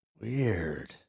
Weird